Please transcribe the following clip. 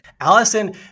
Allison